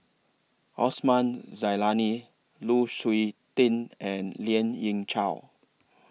Osman Zailani Lu Suitin and Lien Ying Chow